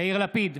יאיר לפיד,